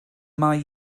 mai